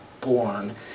born